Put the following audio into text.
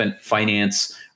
finance